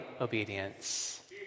obedience